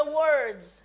words